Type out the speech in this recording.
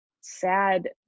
sad